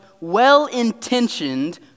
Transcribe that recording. well-intentioned